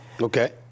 Okay